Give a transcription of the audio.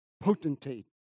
potentate